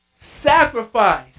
Sacrifice